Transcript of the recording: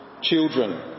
children